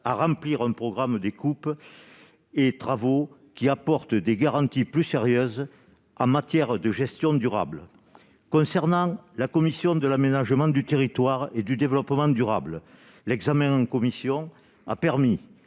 à remplir un programme des coupes et travaux qui apporte des garanties plus sérieuse en matière de gestion durable concernant la commission de l'aménagement du territoire et du développement durable, l'examen en commission, a permis